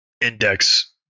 index